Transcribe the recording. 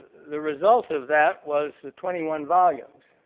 the result of that was the twenty one volumes.